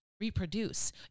reproduce